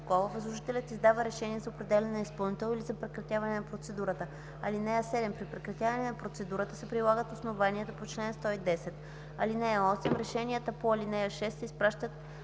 възложителят издава решение за определяне на изпълнител или за прекратяване на процедурата. (7) При прекратяване на процедурата се прилагат основанията по чл. 110. (8) Решенията по ал. 6 се изпращат